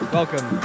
welcome